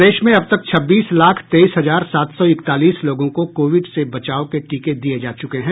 प्रदेश में अब तक छब्बीस लाख तेईस हजार सात सौ इकतालीस लोगों को कोविड से बचाव के टीके दिये जा चूके हैं